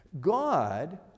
God